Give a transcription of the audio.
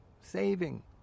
saving